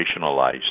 operationalized